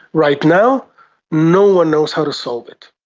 right now no one knows how to solve it.